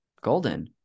Golden